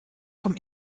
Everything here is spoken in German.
vom